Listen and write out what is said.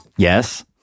yes